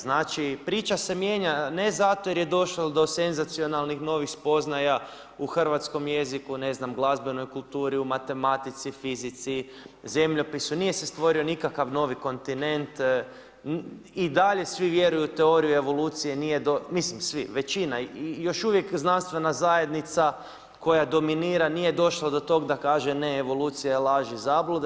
Znači, priča se mijenja ne zato jer je došlo do senzacionalnih novih spoznaja u hrvatskom jeziku, ne znam glazbenoj kulturi, u matematici, fizici, zemljopisu, nije se stvorio nikakav novi kontinent i dalje svi vjeruju u teoriju evolucije, mislim svi, većina ih i još uvijek znanstvena zajednica koja dominira, nije došla do toga da kaže, ne evolucija je laž i zabluda.